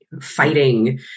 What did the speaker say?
fighting